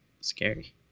Scary